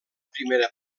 primera